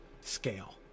scale